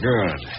Good